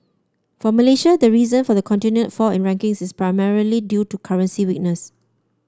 for Malaysia the reason for the continued fall in rankings is primarily due to currency weakness